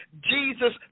Jesus